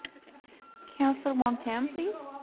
counsellor wong-tam, please?